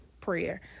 prayer